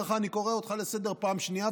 אומר לו: אני קורא אותך לסדר פעם שנייה,